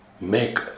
make